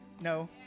No